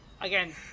Again